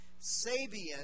Sabian